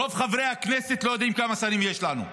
רוב חברי הכנסת לא יודעים כמה שרים יש לנו.